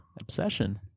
obsession